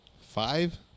five